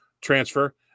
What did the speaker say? Transfer